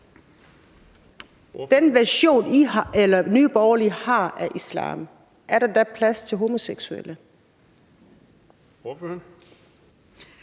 den version, Nye Borgerlige har af islam, er der da plads til homoseksuelle? Kl.